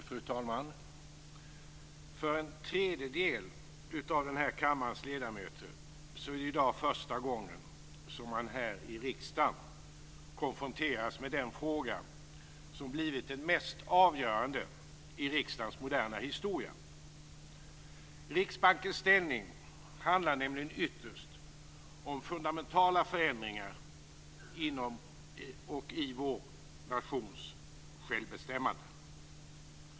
Fru talman! För en tredjedel av denna kammares ledamöter är det i dag första gången som man här i riksdagen konfronteras med den fråga som blivit den mest avgörande i riksdagens moderna historia. Riksbankens ställning handlar nämligen ytterst om fundamentala förändringar av vår nations självbestämmande.